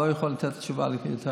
לא יכול לתת לך תשובה יותר מזה.